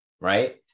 Right